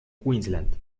queensland